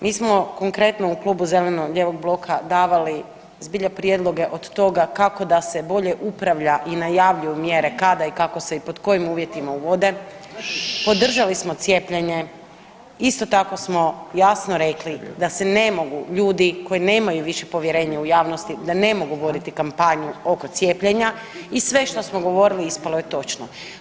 Mi smo konkretno u Klubu zeleno-lijevog bloka davali zbilja prijedloge, od toga kako da se bolje upravlja i najavljuju mjere kada i kako se i pod kojim uvjetima uvode, podržali smo cijepljenje, isto tako smo jasno rekli da se ne mogu ljudi koji nemaju više povjerenje u javnosti, da ne mogu voditi kampanju oko cijepljenja i sve što smo govorili, ispalo je točno.